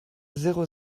zéro